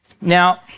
Now